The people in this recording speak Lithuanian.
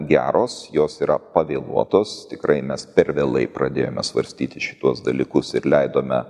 geros jos yra pavėluotos tikrai mes per vėlai pradėjome svarstyti šituos dalykus ir leidome